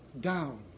down